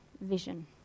vision